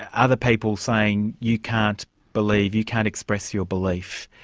ah other people saying you can't believe, you can't express your beliefs.